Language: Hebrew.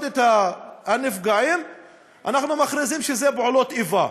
את הנפגעים אנחנו מכריזים שאלה פעולות איבה.